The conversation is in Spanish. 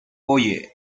oye